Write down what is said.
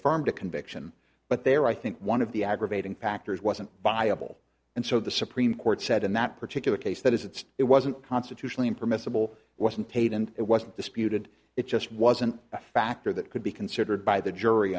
affirmed a conviction but there i think one of the aggravating factors wasn't viable and so the supreme court said in that particular case that it's it wasn't constitutionally permissible wasn't paid and it wasn't disputed it just wasn't a factor that could be considered by the jury